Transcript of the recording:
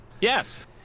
Yes